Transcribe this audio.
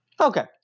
Okay